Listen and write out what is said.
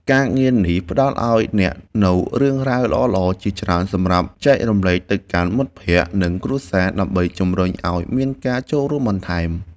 ការងារនេះផ្ដល់ឱ្យអ្នកនូវរឿងរ៉ាវល្អៗជាច្រើនសម្រាប់ចែករំលែកទៅកាន់មិត្តភក្តិ និងគ្រួសារ ដើម្បីជម្រុញឱ្យមានការចូលរួមបន្ថែម។